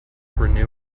renew